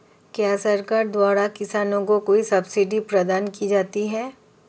क्या सरकार द्वारा किसानों को कोई सब्सिडी प्रदान की जाती है?